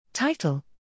Title